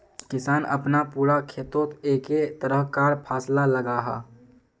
किसान अपना पूरा खेतोत एके तरह कार फासला लगाः